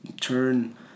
turn